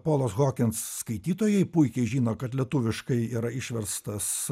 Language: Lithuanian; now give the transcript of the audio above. polos hokins skaitytojai puikiai žino kad lietuviškai yra išverstas